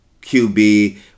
QB